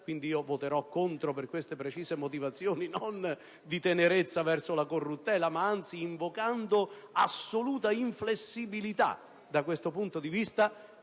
pertanto voterò contro per queste precise motivazioni, non di tenerezza verso la corruttela, ma anzi invocando assoluta inflessibilità da questo punto di vista.